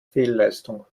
fehlleistung